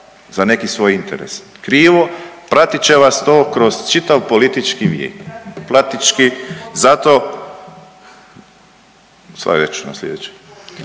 za neki svoj interes. Krivo. Pratit će vas to kroz čitav politički vijek. Praktički zato …/Govornik se ne